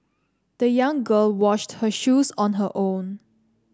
the young girl washed her shoes on her own